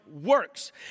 works